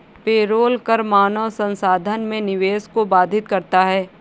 payroll कर मानव संसाधन में निवेश को बाधित करता है